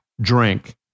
drink